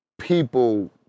people